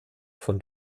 von